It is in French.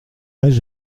âge